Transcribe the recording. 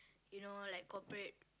you know like cooperate